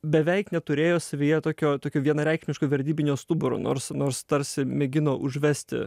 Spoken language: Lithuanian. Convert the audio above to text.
beveik neturėjo savyje tokio tokio vienareikšmiško vertybinio stuburo nors nors tarsi mėgino užvesti